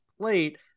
plate